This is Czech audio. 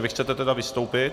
Vy chcete tedy vystoupit?